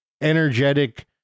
energetic